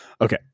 Okay